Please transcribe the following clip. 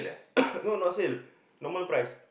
no not sale normal price